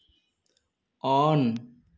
on